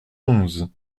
onze